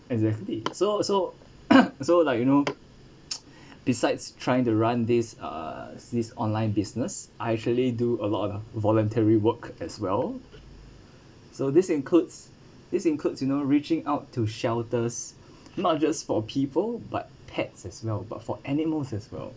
exactly so so so like you know besides trying to run this uh this online business I actually do a lot of voluntary work as well so this includes this includes you know reaching out to shelters not just for people but pets as well but for animals as well